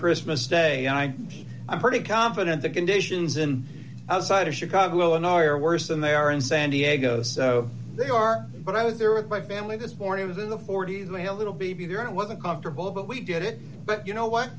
christmas day i'm pretty confident the conditions in outside of chicago illinois are worse than they are in san diego so they are but i was there with my family this morning i was in the forty's when a little baby there i wasn't comfortable but we did it but you know what